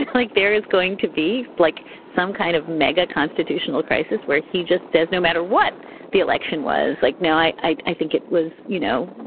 like there is going to be like some kind of mega constitutional crisis where he just says no matter what the election was, like now i i think it was. you know?